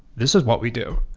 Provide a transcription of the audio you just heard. this is what we do.